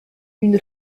une